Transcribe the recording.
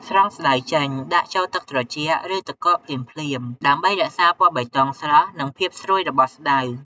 ស្រង់ស្តៅចេញ ដាក់ចូល ទឹកត្រជាក់ ឬទឹកកក ភ្លាមៗ ដើម្បីរក្សាពណ៌បៃតងស្រស់ និងភាពស្រួយរបស់ស្តៅ។